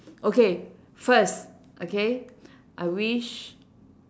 okay first okay I wish